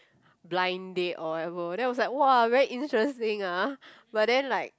blind date or whatever then I was like !wah! very interesting ah but then like